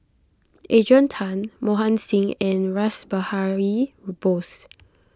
Adrian Tan Mohan Singh and Rash Behari Bose